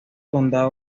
condado